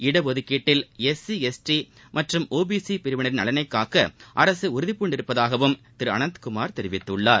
இடஒதுக்கீட்டில் SC ST மற்றும் OBC பிரிவினரின் நலனைக் காக்க அரசு உறுதிபூண்டுள்ளதாகவும் திரு அனந்த்குமார் தெரிவித்துள்ளார்